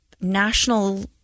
national